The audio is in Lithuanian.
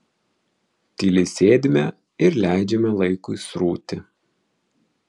tyliai sėdime ir leidžiame laikui srūti